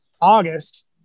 August